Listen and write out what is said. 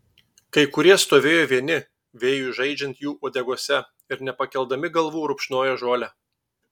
kai kurie stovėjo vieni vėjui žaidžiant jų uodegose ir nepakeldami galvų rupšnojo žolę